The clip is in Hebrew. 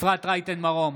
אפרת רייטן מרום,